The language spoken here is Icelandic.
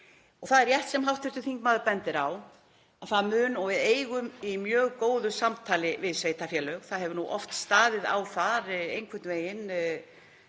Það er rétt sem hv. þingmaður bendir á að það mun þurfa og við eigum í mjög góðu samtali við sveitarfélög. Það hefur oft staðið á því einhvern veginn,